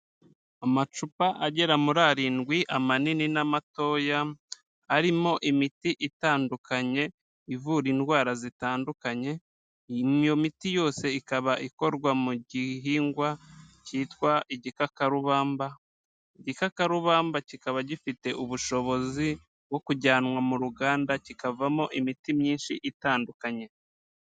Amacupa agera muri arindwi amanini n'amatoya, arimo imiti itandukanye ivura indwara zitandukanye. Iyo miti yose ikaba ikorwa mu gihingwa cyitwa Igikakarubamba. Igikakarubamba kikaba gifite ubushobozi bwo kujyanwa mu ruganda kikavamo imiti myinshi itandukanye.